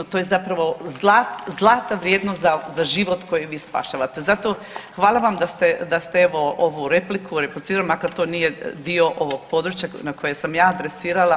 To je zapravo zlata vrijedno za život koju vi spašavate, zato hvala vam da ste ovu repliku replicirali, makar to nije dio ovog područja na koje sam ja adresirala.